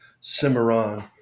Cimarron